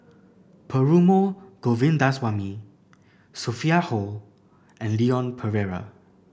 Perumal Govindaswamy Sophia Hull and Leon Perera